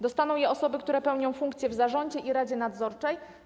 Dostaną je osoby, które będą pełnić funkcje w zarządzie i radzie nadzorczej.